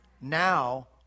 Now